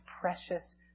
precious